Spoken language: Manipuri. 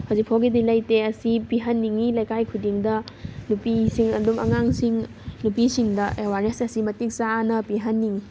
ꯍꯧꯖꯤꯛ ꯐꯥꯎꯒꯤꯗꯤ ꯂꯩꯇꯦ ꯑꯁꯤ ꯄꯤꯍꯟꯅꯤꯡꯉꯤ ꯂꯩꯀꯥꯏ ꯈꯨꯗꯤꯡꯗ ꯅꯨꯄꯤꯁꯤꯡ ꯑꯗꯨꯝ ꯑꯉꯥꯡꯁꯤꯡ ꯅꯨꯄꯤꯁꯤꯡꯗ ꯑꯦꯋꯥꯔꯅꯦꯁ ꯑꯁꯤ ꯃꯇꯤꯛ ꯆꯥꯅ ꯄꯤꯍꯟꯅꯤꯡꯉꯤ